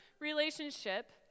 relationship